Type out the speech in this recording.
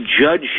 judge